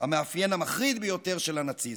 המאפיין המחריד ביותר של הנאציזם.